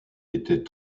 était